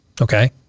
okay